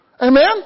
Amen